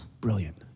brilliant